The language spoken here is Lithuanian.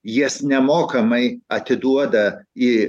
jas nemokamai atiduoda į